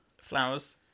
Flowers